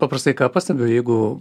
paprastai ką pastebiu jeigu